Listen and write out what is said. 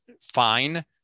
fine